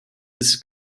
his